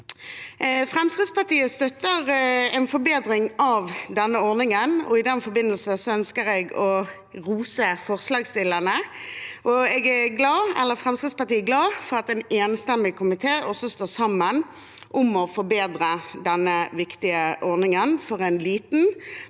Fremskrittspartiet støtter en forbedring av denne ordningen, og i den forbindelse ønsker jeg å rose forslagsstillerne. Fremskrittspartiet er glad for at en enstemmig komité også står sammen om å forbedre denne viktige ordningen for en liten,